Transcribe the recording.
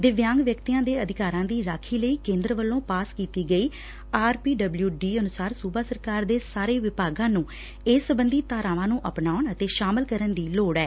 ਦਿਵਿਆਂਗ ਵਿਅਕਤੀਆਂ ਦੇ ਅਧਿਕਾਰਾਂ ਦੀ ਰਾਖੀ ਲਈ ਕੇਂਦਰ ਵੱਲੋਂ ਪਾਸ ਕੀਤੀ ਗਈ ਆਰਪੀਡਬਲਿਊਡੀਅਨੁਸਾਰ ਸੂਬਾ ਸਰਕਾਰ ਦੇ ਸਾਰੇ ਵਿਭਾਗਾਂ ਨੂੰ ਇਸ ਸਬੰਧੀ ਧਾਰਾਵਾਂ ਨੂੰ ਅਪਨਾਉਣ ਅਤੇ ਸ਼ਾਮਲ ਕਰਨ ਦੀ ਲੋੜ ਐ